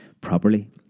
properly